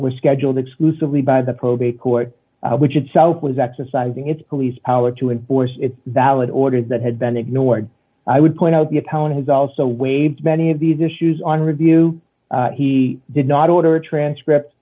were scheduled exclusively by the probate court which itself was exercising its police power to enforce its valid orders that had been ignored i would point out the appellant has also waived many of these issues on review he did not order a transcript